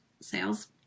sales